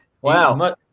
Wow